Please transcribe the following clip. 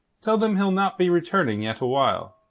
tell them he'll not be returning yet awhile.